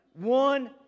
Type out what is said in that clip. One